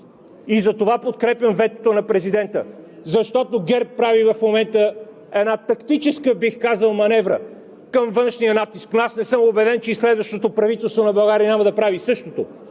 И затова подкрепям ветото на президента, защото ГЕРБ прави в момента една тактическа, бих казал, маневра към външния натиск! Но аз не съм убеден, че и следващото правителство на България няма да прави същото,